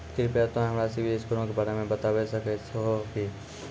कृपया तोंय हमरा सिविल स्कोरो के बारे मे बताबै सकै छहो कि?